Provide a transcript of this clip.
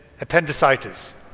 Appendicitis